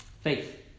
faith